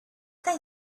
they